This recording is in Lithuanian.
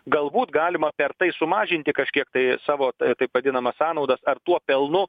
galbūt galima per tai sumažinti kažkiek tai savo taip vadinamas sąnaudas ar tuo pelnu